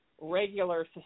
regular